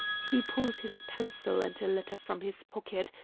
he pulled his pencil and a letter from his pocket,